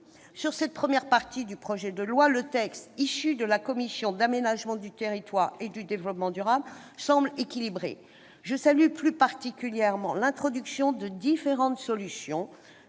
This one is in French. Sur cette première partie du projet de loi, le texte issu de la commission de l'aménagement du territoire et du développement durable semble équilibré. Je salue, plus particulièrement, l'introduction de différentes solutions